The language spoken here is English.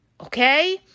Okay